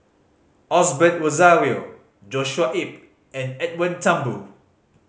Osbert Rozario Joshua Ip and Edwin Thumboo